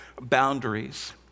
boundaries